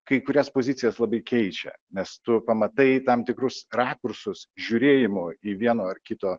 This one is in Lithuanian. kai kurias pozicijas labai keičia nes tu pamatai tam tikrus rakursus žiūrėjimo į vieno ar kito